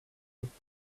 looked